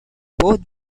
both